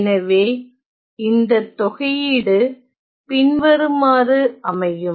எனவே இந்த தொகையீடு பின்வருமாறு அமையும்